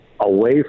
Away